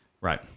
Right